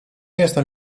jestem